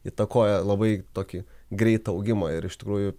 įtakoja labai tokį greitą augimą ir iš tikrųjų